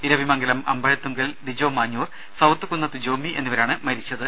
Iravimangalam Ambazhathunkal Dijo Manjoor south Kunnath Jomi എന്നിവരാണ് മരിച്ചത്